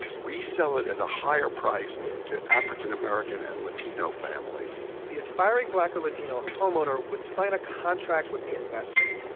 resell it at a higher price to african american and latino families the aspiring black or latino homeowner would sign a contract with the investor,